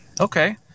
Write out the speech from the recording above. Okay